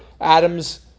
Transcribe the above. Adam's